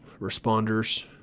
responders